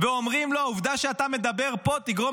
ואומרים לו: העובדה שאתה מדבר פה תגרום